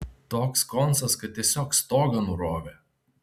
toks koncas kad tiesiog stogą nurovė